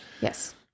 Yes